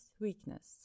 weakness